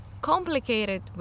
complicated